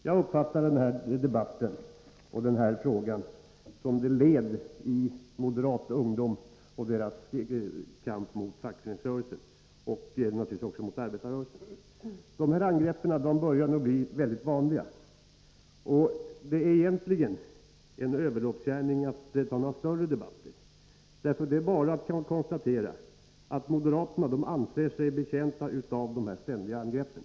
Jag uppfattar den här debatten och den här frågan som ett led i moderatungdomens kamp mot fackföreningsrörelsen och naturligtvis också mot arbetarrörelsen. De här angreppen börjar bli väldigt vanliga. Det är egentligen en överloppsgärning att ha större debatter. Det är bara att konstatera att moderaterna anser sig betjänta av de ständiga angreppen.